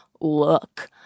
look